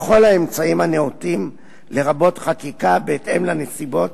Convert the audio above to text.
בכל האמצעים הנאותים, לרבות חקיקה, בהתאם לנסיבות,